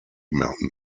mountain